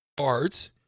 Arts